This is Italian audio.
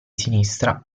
sinistra